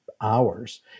hours